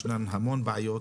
יש הרבה בעיות,